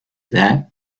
that